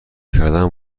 کردن